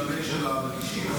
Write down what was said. למייל האישי.